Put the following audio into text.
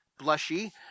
blushy